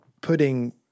putting